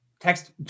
text